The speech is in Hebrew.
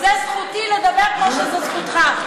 זו זכותי לדבר כמו שזאת זכותך.